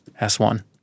S1